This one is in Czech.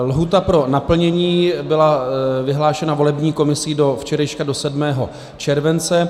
Lhůta pro naplnění byla vyhlášena volební komisí do včerejška 7. července.